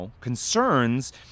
concerns